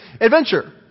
adventure